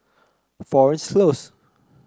Florence Close